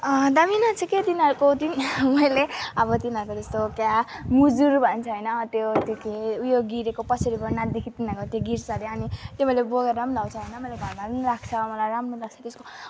दामी नाच्छ के तिनीहरूको मैले अब तिनीहरूको जस्तो क्या मुजुर भन्छ होइन त्यो त्यो के उयो गिरेको पछाडिबाट नाच्दाखेरि तिनीहरूको त्यो गिर्छ अरे अनि त्यो मैले बोकेर पनि ल्याउँछ होइन मैले घरमा पनि राख्छ मलाई राम्रो लाग्छ त्यसको